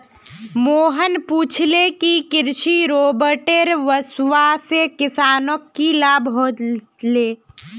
मोहन पूछले कि कृषि रोबोटेर वस्वासे किसानक की लाभ ह ले